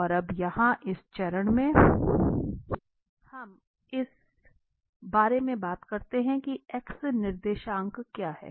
और अब यहाँ इस चरण में हम इस बारे में बात करते हैं कि x निर्देशांक क्या है